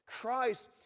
Christ